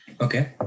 Okay